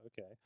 Okay